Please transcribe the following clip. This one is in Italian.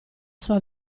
sua